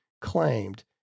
claimed